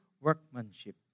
workmanship